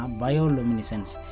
bioluminescence